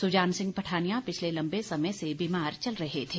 सुजान सिंह पठानिया पिछले लंबे समय से बीमार चल रहे थे